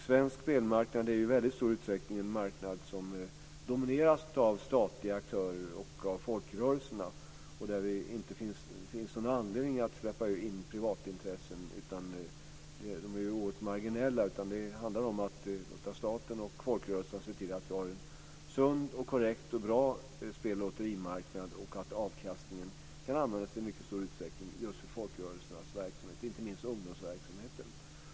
Svensk spelmarknad är i stor utsträckning en marknad som domineras av statliga aktörer och av folkrörelserna, och där det inte finns någon anledning att släppa in privatintressen - de är oerhört marginella. Det handlar om att låta staten och folkrörelserna se till att vi har en sund, korrekt och bra spel och lotterimarknad och att avkastningen kan användas i mycket stor utsträckning just för folkrörelsernas verksamhet, inte minst ungdomsverksamheten.